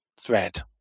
thread